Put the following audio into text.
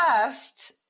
first